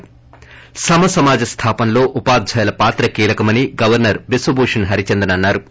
ి సమసమాజ స్థాపనలో ఉపాధ్యాయుల పాత్ర కీలకమని గవర్సర్ బిశ్వభూషణ్ హరిచందన్ అన్నా రు